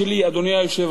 אדוני היושב-ראש,